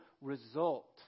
result